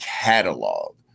catalog